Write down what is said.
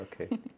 okay